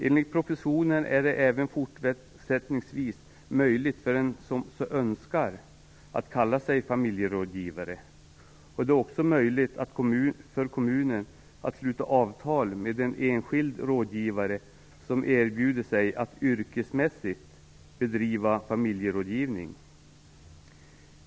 Enligt propositionen är det även fortsättningsvis möjligt för den som så önskar att kalla sig familjerådgivare, och det är också möjligt för en kommun att sluta avtal med en enskild rådgivare som erbjuder sig att yrkesmässigt bedriva familjerådgivning.